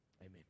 Amen